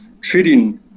treating